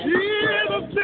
Jesus